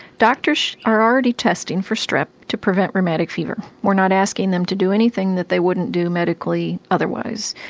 doctors are already testing for strep to prevent rheumatic fever. we're not asking them to do anything that they wouldn't do medically otherwise.